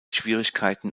schwierigkeiten